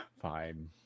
Fine